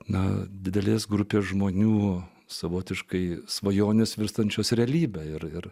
na didelės grupės žmonių savotiškai svajonės virstančios realybe ir ir